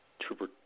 Trooper